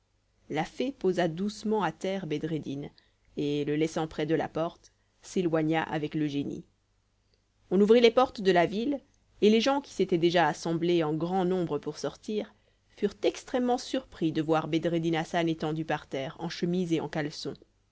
la fée posa doucement à terre bedreddin et le laissant près de la porte s'éloigna avec le génie on ouvrit les portes de la ville et les gens qui s'étaient déjà assemblés en grand nombre pour sortir furent extrêmement surpris de voir bedreddin hassan étendu par terre en chemise et en caleçon